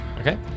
Okay